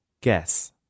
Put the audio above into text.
Guess